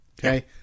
Okay